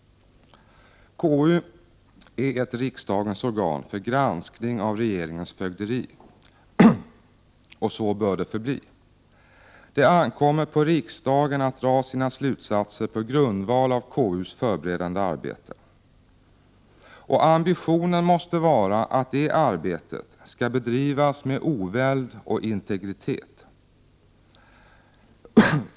KU är ett riksdagens organ för granskning av regeringens fögderi. Och så bör det förbli. Det ankommer på riksdagen att dra sina slutsatser på grundval av KU:s förberedande arbete. Och ambitionen måste vara att det arbetet skall bedrivas med oväld och integritet.